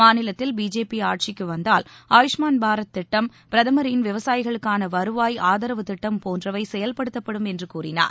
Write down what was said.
மாநிலத்தில் பிஜேபி ஆட்சிக்கு வந்தால் ஆயுஷ்மான் பாரத் திட்டம் பிரதமரின் விவசாயிகளுக்கான வருவாய் ஆதரவு திட்டம் போன்றவை செயல்படுத்தப்படும் என்று கூறினார்